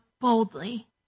boldly